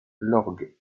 lorgues